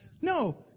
No